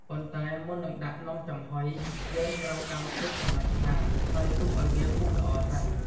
ប៉ុន្តែមុននឹងដាក់នំចំហុយ យើងត្រូវដាំទឹកកន្លះឆ្នាំង ហើយទុកវាឱ្យពុះល្អសិន។